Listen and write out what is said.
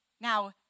Now